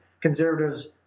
Conservatives